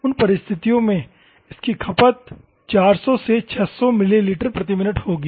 उन परिस्थितियों में इसकी खपत 400 से 600 मिलीलीटर प्रति मिनट होगी